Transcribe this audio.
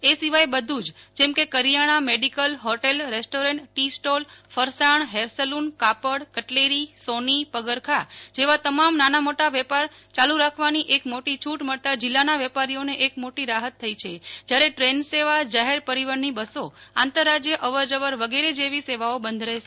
એ સિવાય બધું જ જેમ કે કરીયાણા medical hotel restaurant tea stall ફરસાણ હેર સલૂન કાપડ કટલેરી સોની પગરખા જેવા તમામ નાના મોટા વેપાર ચાલુ રકહાવાની એક મોટી છૂટ મળતા જીલ્લાના વેપારીઓને એક મોટી રાહત થઇ છે જયારે દ્રેન સેવા જાહેર પરિવહનની બસો આંતર રાજ્ય અવાર જવર વગેરે જેવી સેવાઓ બંધ રહેશે